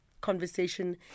conversation